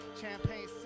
Champagne